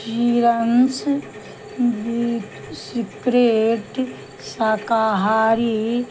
children's secret शाकाहारी